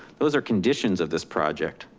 those are conditions of this project.